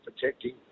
protecting